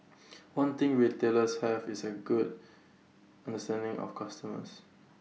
one thing retailers have is A good understanding of customers